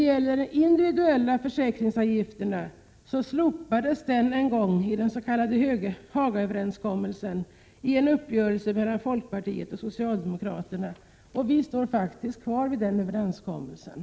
De individuella försäkringsavgifterna slopades en gång genom den s.k. Hagaöverenskommelsen — en uppgörelse mellan folkpartiet och socialdemokraterna. Vi står faktiskt fast vid den överenskommelsen.